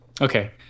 Okay